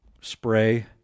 spray